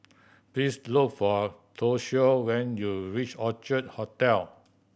please look for Toshio when you reach Orchard Hotel